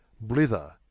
blither